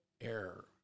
error